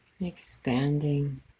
Expanding